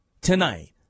tonight